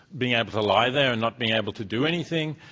being able to lie there and not being able to do anything.